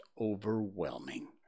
overwhelming